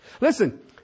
Listen